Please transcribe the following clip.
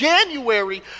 January